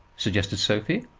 suggested sophie.